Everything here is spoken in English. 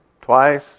twice